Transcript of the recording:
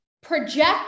project